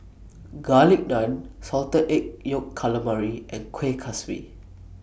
Garlic Naan Salted Egg Yolk Calamari and Kuih Kaswi